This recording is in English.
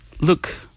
look